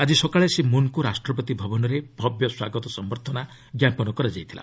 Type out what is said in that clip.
ଆଜି ସକାଳେ ଶ୍ରୀ ମୁନ୍ଙ୍କୁ ରାଷ୍ଟ୍ରପତି ଭବନରେ ଭବ୍ୟ ସ୍ୱାଗତ ସମ୍ଭର୍ଦ୍ଧନା ଜ୍ଞାପନ କରାଯାଇଥିଲା